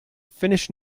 finnish